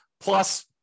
plus